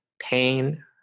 pain